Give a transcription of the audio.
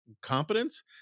competence